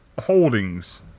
holdings